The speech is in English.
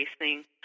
racing